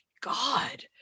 God